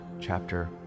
chapter